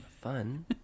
fun